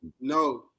No